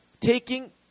taking